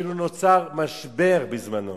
אפילו נוצר משבר בזמנו